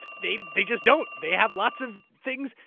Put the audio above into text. they they just don't. they have lots of things.